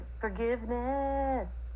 forgiveness